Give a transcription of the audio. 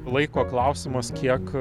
laiko klausimas kiek